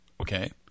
Okay